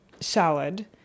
salad